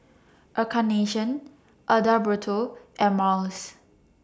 Encarnacion Adalberto and Marlys